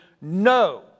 no